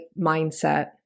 mindset